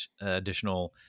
additional